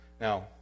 Now